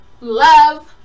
love